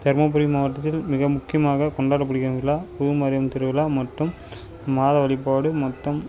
தர்மபுரி மாவட்டத்தில் மிக முக்கியமாக கொண்டாடப்படுகின்ற விழா பூமாரியம்மன் திருவிழா மற்றும் மாத வழிபாடு மற்றும்